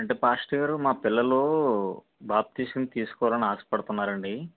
అంటే పాస్టర్ గారు మా పిల్లలు బాప్తిసం తీసుకోవాలని ఆశపడుతున్నారండి